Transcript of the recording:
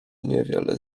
niewiele